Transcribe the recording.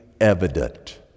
evident